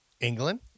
England